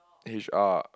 H_R